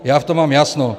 Já v tom mám jasno.